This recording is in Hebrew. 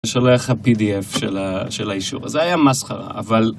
אני שולח לך pdf של האישור, זה היה מסחרה, אבל...